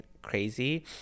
crazy